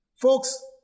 Folks